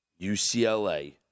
UCLA